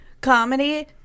comedy